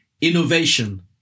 Innovation